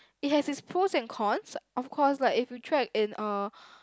it has it's pros and cons of course like if you trek in uh